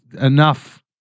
enough